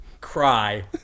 cry